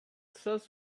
sells